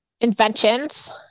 inventions